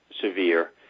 severe